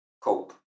cope